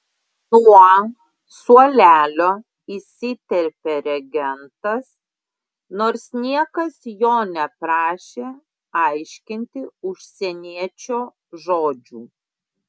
nuo suolelio įsiterpė regentas nors niekas jo neprašė aiškinti užsieniečio žodžių